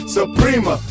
Suprema